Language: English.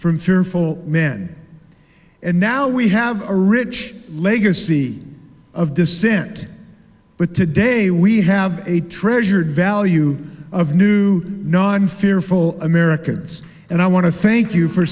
from fearful men and now we have which legacy of dissent but today we have a treasured value of new non fearful americans and i want to thank you for